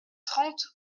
trente